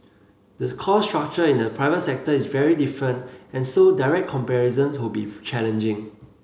the cost structure in the private sector is very different and so direct comparisons would be challenging